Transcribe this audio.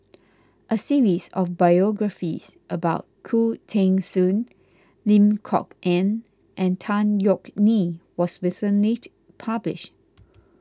a series of biographies about Khoo Teng Soon Lim Kok Ann and Tan Yeok Nee was recently published